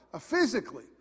physically